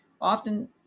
Often